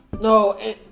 No